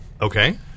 Okay